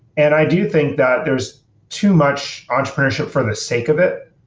and i do think that there's too much entrepreneurship for the sake of it